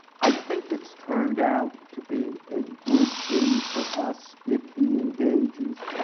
i think it's turned out to be a good thing for us, if he engages,